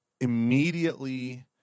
immediately